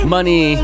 Money